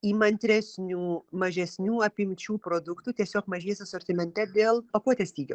įmantresnių mažesnių apimčių produktų tiesiog mažės asortimente dėl pakuotės stygio